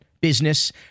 business